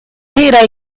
gira